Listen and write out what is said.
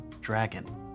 dragon